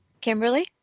Kimberly